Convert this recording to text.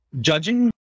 judging